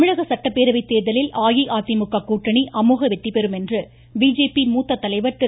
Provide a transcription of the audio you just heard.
தமிழக சட்டப்பேரவை தேர்தலில் அஇஅதிமுக கூட்டணி அமோக வெற்றி பெறும் என்று பிஜேபி மூத்த தலைவர் திரு